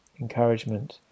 encouragement